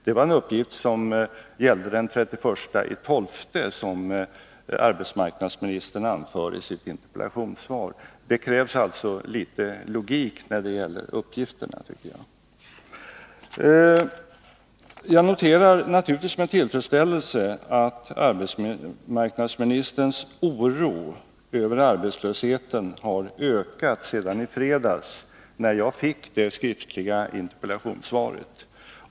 Det var en uppgift som gällde den 31 december som arbetsmarknadsministern anför i sitt interpellationssvar. Det krävs litet logik när det gäller uppgifterna. Jag noterar naturligtvis med tillfredsställelse att arbetsmarknadsministerns oro över arbetslösheten har ökat sedan i fredags, när jag fick det skriftliga interpellationssvaret.